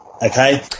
Okay